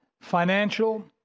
financial